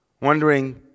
Wondering